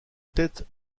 tête